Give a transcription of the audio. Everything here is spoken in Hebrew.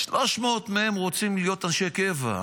ו-300 מהם רוצים להיות אנשי קבע,